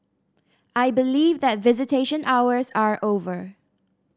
I believe that visitation hours are over